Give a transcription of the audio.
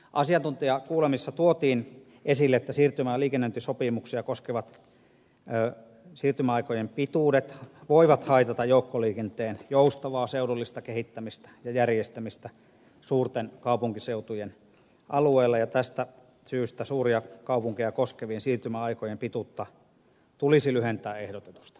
asiantuntijakuulemisessa tuotiin esille että siirtymä ja liikennöintisopimuksia koskevat siirtymäaikojen pituudet voivat haitata joukkoliikenteen joustavaa seudullista kehittämistä ja järjestämistä suurten kaupunkiseutujen alueella ja tästä syystä suuria kaupunkeja koskevien siirtymäaikojen pituutta tulisi lyhentää ehdotetusta